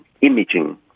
imaging